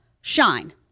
shine